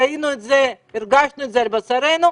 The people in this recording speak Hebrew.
ראינו את זה, הרגשנו את זה על בשרנו.